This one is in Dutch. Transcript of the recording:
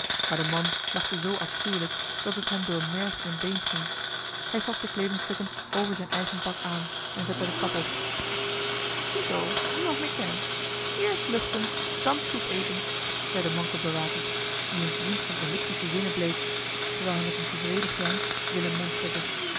maar de man lachte zoo afschuwelijk dat het hem door merg en been ging hij trok de kleeding stukken over zijn eigen pak aan en zette de kap op zie zoo niemand meer kennen eerst luchten dan soep eten zei de manke bewaker die een vriend van elliptische zinnen bleek terwijl hij met een tevreden grijns willem monsterde